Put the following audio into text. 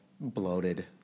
bloated